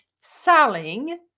selling